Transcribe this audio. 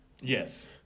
Yes